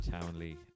Townley